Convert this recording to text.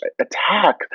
attack